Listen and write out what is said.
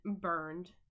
burned